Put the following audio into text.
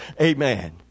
Amen